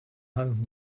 home